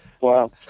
Wow